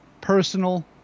personal